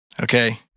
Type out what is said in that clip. Okay